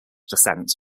descent